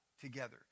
together